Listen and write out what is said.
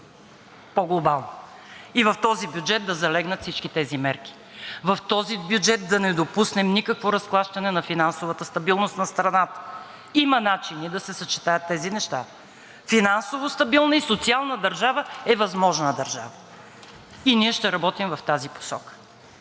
по-глобално, и в този бюджет да залегнат всички тези мерки. В този бюджет да не допуснем никакво разклащане на финансовата стабилност на страната. Има начини да се съчетаят тези неща. Финансово стабилна и социална държава е възможна държава и ние ще работим в тази посока.